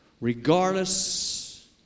Regardless